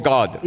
God